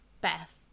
Beth